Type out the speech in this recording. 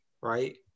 right